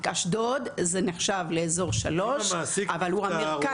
אשדוד נחשבת לאזור שלוש, אבל הוא קרוב למרכז.